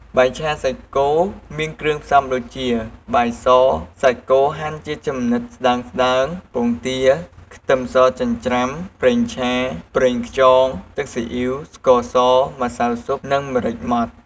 បាយឆាសាច់គោមានគ្រឿងផ្សំដូចជា បាយស សាច់គោហាន់ជាចំណិតស្តើងៗ ពងទា ខ្ទឹមសចិញ្ច្រាំ ប្រេងឆា ប្រេងខ្យង ទឹកស៊ីអ៊ីវ ស្ករស ម្សៅស៊ុប និង ម្រេចម៉ដ្ឋ។